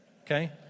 Okay